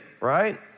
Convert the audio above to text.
right